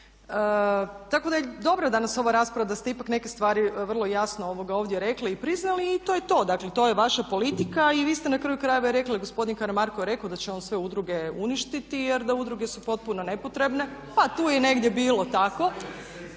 Tako da je dobro danas ova rasprava, da ste ipak neke stvari vrlo jasno ovdje rekli i priznali. I to je to, dakle to je vaša politika i vi ste na kraju krajeva i rekli, gospodin Karamarko je rekao da će on sve udruge uništiti jer da udruge su potpuno nepotrebne. …/Upadica se ne čuje./… pa